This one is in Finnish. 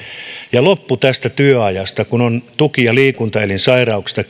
ja lopun tästä työajasta kun on kysymys tuki ja liikuntaelinsairauksista